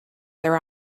their